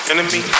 Enemy